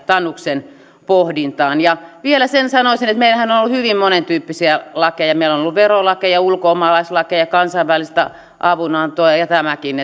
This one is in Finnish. tanuksen pohdintaan ja vielä sen sanoisin että meillähän on ollut hyvin monentyyppisiä lakeja meillä on ollut verolakeja ulkomaalaislakeja kansainvälistä avunantoa ja ja tämäkin